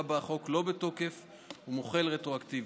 שבה החוק לא בתוקף ומוחל רטרואקטיבית,